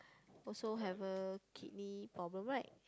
also have a kidney problem right